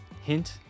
Hint